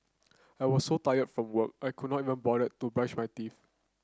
I was so tired from work I could not even bother to brush my teeth